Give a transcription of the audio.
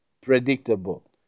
Predictable